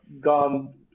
gone